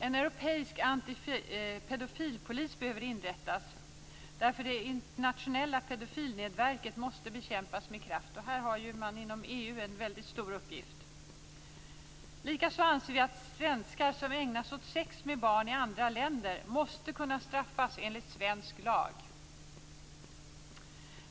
En europeisk antipedofilpolis behöver inrättas. Det internationella pedofilnätverket måste bekämpas med kraft. Här har man inom EU en väldigt stor uppgift. Vi anser likaså att svenskar som ägnar sig åt sex med barn i andra länder måste kunna straffas enligt svensk lag.